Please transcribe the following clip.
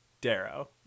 darrow